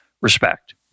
respect